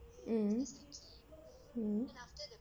mm mm